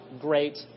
great